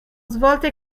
svolte